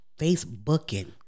Facebooking